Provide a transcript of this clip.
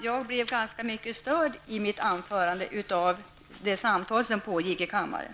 Jag blev ganska mycket störd i mitt anförande av de samtal som pågick i kammaren.